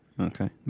Okay